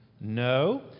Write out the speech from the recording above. No